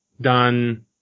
done